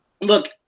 look